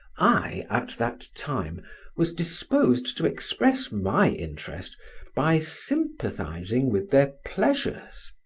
i at that time was disposed to express my interest by sympathising with their pleasures.